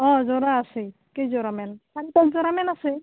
অঁ যোৰা আছে কেই যোৰা মান যোৰা মান আছে